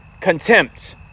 contempt